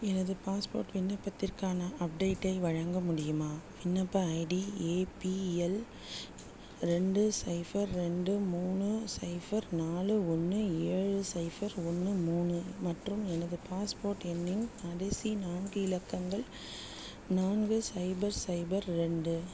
எனது பாஸ்போர்ட் விண்ணப்பத்திற்கான அப்டேட்டை வழங்க முடியுமா விண்ணப்ப ஐடி ஏபிஎல் ரெண்டு சைஃபர் ரெண்டு மூணு சைஃபர் நாலு ஒன்று ஏழு சைஃபர் ஒன்று மூணு மற்றும் எனது பாஸ்போர்ட் எண்ணின் கடைசி நான்கு இலக்கங்கள் நான்கு சைபர் சைபர் ரெண்டு